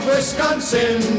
Wisconsin